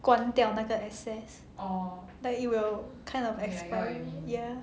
关掉那个 access like it will kind of expire ya